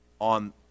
on